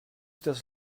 das